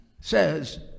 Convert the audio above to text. says